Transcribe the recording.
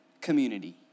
community